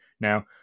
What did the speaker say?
Now